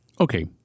Okay